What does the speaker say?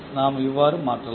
நாம் இவ்வாறு மாற்றலாம்